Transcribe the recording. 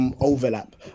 overlap